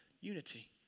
Unity